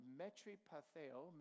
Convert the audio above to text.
metripatheo